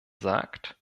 sagt